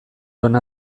ona